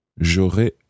J'aurais